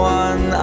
one